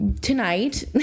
tonight